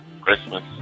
Christmas